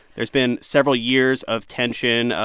there's been several years of tension.